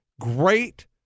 great